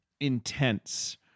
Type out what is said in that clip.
intense